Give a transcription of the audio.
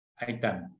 item